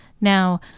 Now